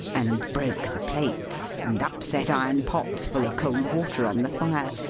and broke the plates, and upset iron pots full of cold water on the fire,